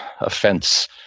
offense